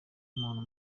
muntu